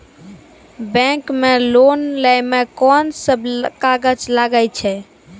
Bank मे loan लै मे कोन सब कागज लागै छै?